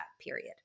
period